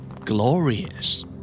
Glorious